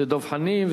לדב חנין,